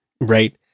Right